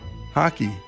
Hockey